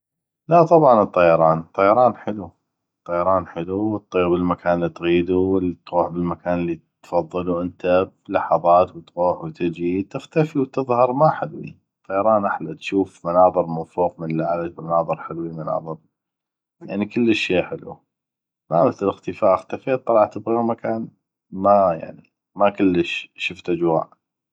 لا طبعا الطيران الطيران حلو وتطيغ بالمكان اللي تغيدو وتغوح بالمكان اللي تفضلو انته بلحظات وتغوح وتجي تختفي وتظهر ما حلوي الطيران احلى تشوف مناظر من فوق من الاعلى مناظر حلوي مناظر يعني كلش شي حلو ما مثل الاختفاء يعني اختفيت طلعت بغيغ مكان ما كلش شفت اجواء